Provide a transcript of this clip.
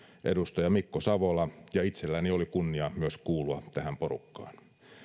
edustaja mikko savola ja itselläni oli kunnia myös kuulua tähän porukkaan